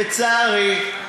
לצערי,